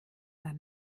dann